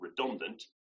redundant